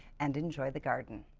and enjoy the garden.